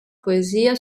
poesia